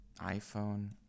iPhone